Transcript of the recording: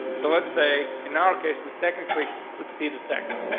so let's say in our case, we technically could see the text.